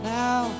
now